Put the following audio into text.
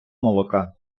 молока